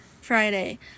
Friday